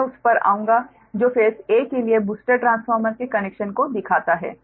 मैं उस पर आऊँगा जो फेस 'a' के लिए बूस्टर ट्रांसफार्मर के कनेक्शन को दिखाता है